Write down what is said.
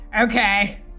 Okay